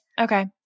Okay